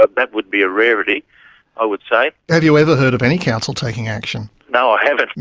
ah that would be a rarity i would say. have you ever heard of any council taking action? no, i haven't,